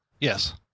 Yes